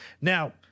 now